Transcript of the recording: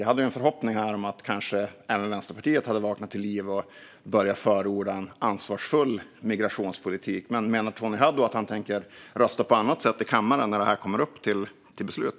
Jag hade ju en förhoppning om att även Vänsterpartiet kanske hade vaknat till liv och börjat förorda en ansvarsfull migrationspolitik, men menar Tony Haddou att han tänker rösta på annat sätt i kammaren när det här kommer upp till beslut?